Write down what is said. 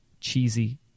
cheesy